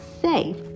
safe